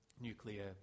nuclear